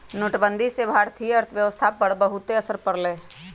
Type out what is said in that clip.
नोटबंदी से भारतीय अर्थव्यवस्था पर बहुत असर पड़ लय